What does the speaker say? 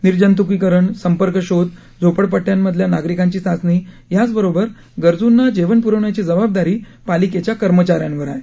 निर्जंतुकीकरण संपर्क शोध झोपडपट्टयांमधल्या नागरीकांची चाचणी याच बरोबर गरजूंना जेवण प्रवण्याची जबाबदारी पालिकेच्या कर्मचाऱ्यांवर आहे